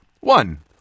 One